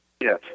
Yes